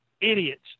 idiots